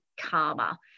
karma